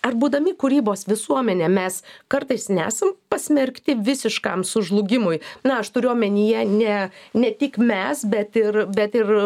ar būdami kūrybos visuomene mes kartais nesam pasmerkti visiškam sužlugimui na aš turiu omenyje ne ne tik mes bet ir bet ir